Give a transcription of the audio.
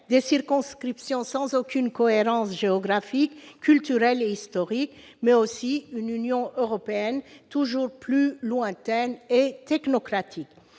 des circonscriptions sans aucune cohérence géographique, culturelle ni historique, mais aussi une Union européenne toujours plus lointaine et technocratique.